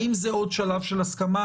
האם זה עוד שלב של הסכמה?